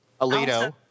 Alito